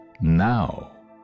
now